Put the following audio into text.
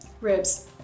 Ribs